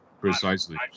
precisely